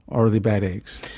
or are they bad eggs?